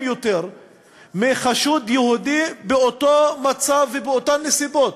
יותר משל חשוד יהודי באותו מצב ובאותן נסיבות.